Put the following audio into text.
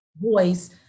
voice